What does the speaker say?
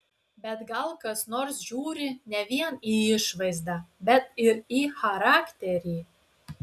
bet gal kas nors žiūri ne vien į išvaizdą bet ir į charakterį